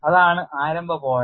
അതാണ് ആരംഭ പോയിന്റ്